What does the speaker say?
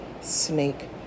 Snake